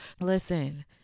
listen